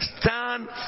Stand